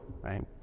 right